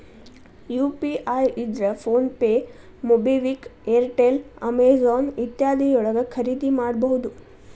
UPI ಇದ್ರ PhonePe MobiKwik Airtel Amazon ಇತ್ಯಾದಿ ಯೊಳಗ ಖರಿದಿಮಾಡಬಹುದು